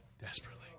Desperately